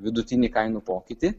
vidutinį kainų pokytį